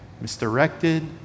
misdirected